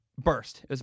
burst